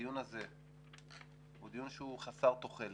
הדיון הזה הוא דיון שהוא חסר תוחלת,